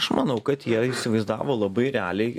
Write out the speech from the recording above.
aš manau kad jie įsivaizdavo labai realiai